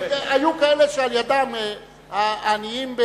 היו כאלה שעל-ידם עניים,